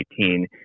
2018